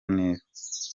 neza